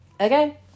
Okay